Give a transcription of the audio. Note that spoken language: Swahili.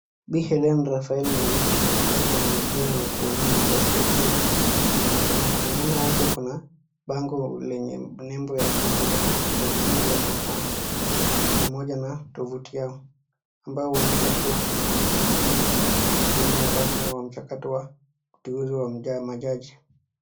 Bi HELENE RAFAELA NAMISI wakati wa mahojiano ya kuwanaia nafasi ya Jaji wa mahakama kuu, nyuma yake kuna bango lenye nembo ya tume la huduma ya mahakama pamoja na tovuti yao, ambayo huonyesha kuwa tukio hili ni sehemu rasmi ya mchakato wa uteuzi wa majaji